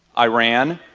iran,